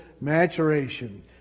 maturation